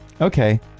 Okay